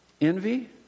Envy